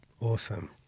awesome